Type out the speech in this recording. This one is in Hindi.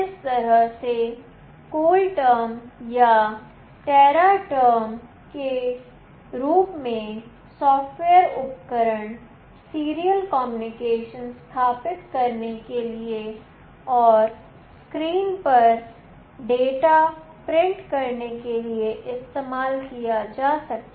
इस तरह से कूल टर्म या टेरा टर्म के रूप में सॉफ्टवेयर उपकरण सीरियल कम्युनिकेशन स्थापित करने के लिए और स्क्रीन पर डाटा प्रिंट करने के लिए इस्तेमाल किया जा सकता